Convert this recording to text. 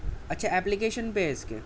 اچھا اپلیکیشن پہ ہے اس کے